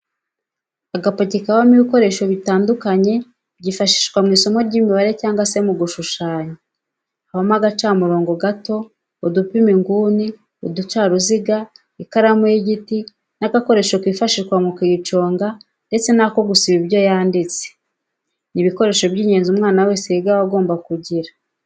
Agapaki kabamo ibikoresho bitandukanye byifashishwa mw'isomo ry'imibare cyangwa se mu gushushanya habamo agacamurobo gato, udupima inguni, uducaruziga ,ikaramu y'igiti n'agakoresho kifashishwa mu kuyiconga ndetse n'ako gusiba ibyo yanditse, ni ibikoresho by'ingenzi umwana wese wiga aba agomba kugira.